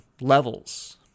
levels